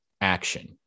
action